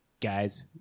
Guys